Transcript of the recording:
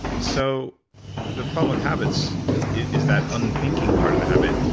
so the problem with habits is that unthinking part of the habit.